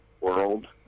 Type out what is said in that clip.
world